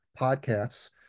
podcasts